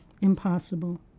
Impossible